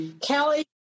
Kelly